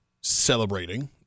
celebrating